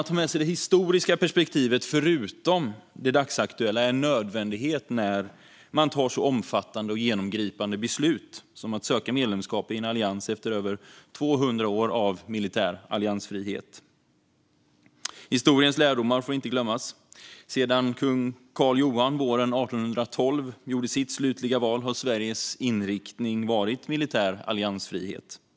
Att förutom det dagsaktuella perspektivet ha med sig det historiska är en nödvändighet när man tar så omfattande och genomgripande beslut som att söka medlemskap i en allians efter över 200 år av militär alliansfrihet. Historiens lärdomar får inte glömmas. Sedan kung Karl Johan våren 1812 gjorde sitt slutliga val har Sveriges inriktning varit militär alliansfrihet.